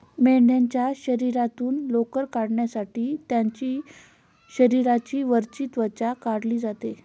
मेंढीच्या शरीरातून लोकर काढण्यासाठी त्यांची शरीराची वरची त्वचा काढली जाते